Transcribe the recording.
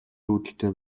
үүдэлтэй